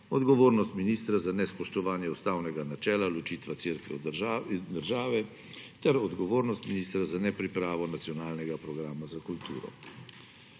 odgovornost ministra za nespoštovanje ustavnega načela ločitev Cerkve od države ter odgovornost ministra za nepripravo Nacionalnega programa za kulturo.